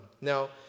Now